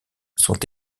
sont